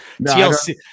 TLC